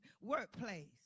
workplace